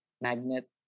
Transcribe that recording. Magnet